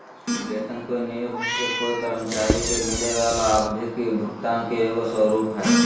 वेतन कोय नियोक्त से कोय कर्मचारी के मिलय वला आवधिक भुगतान के एगो स्वरूप हइ